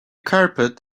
carpet